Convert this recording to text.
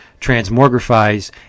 transmogrifies